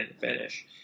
finish